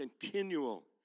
continual